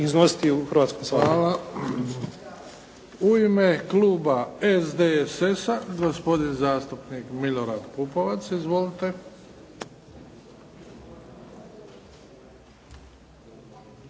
**Bebić, Luka (HDZ)** Hvala. U ime kluba SDSS-a gospodin zastupnik Milorad Pupovac. Izvolite.